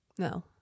No